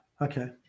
Okay